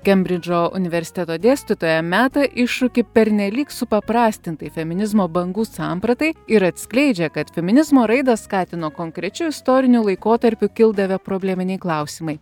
kembridžo universiteto dėstytoja meta iššūkį pernelyg supaprastintai feminizmo bangų sampratai ir atskleidžia kad feminizmo raidą skatino konkrečiu istoriniu laikotarpiu kildavę probleminiai klausimai